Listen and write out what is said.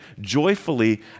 joyfully